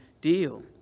deal